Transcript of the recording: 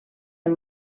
amb